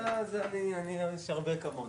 אני רוצה לסכם.